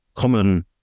common